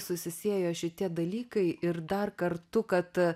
susisiejo šitie dalykai ir dar kartu kad